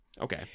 Okay